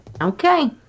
okay